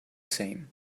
same